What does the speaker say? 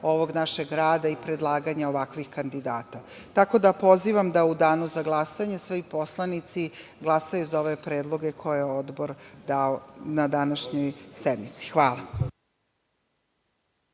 ovog našeg rada i predlaganje ovakvih kandidata. Tako da pozivam da u danu za glasanje svi poslanici glasaju za ove predloge koje je Odbor dao na današnjoj sednici. Hvala.